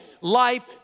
life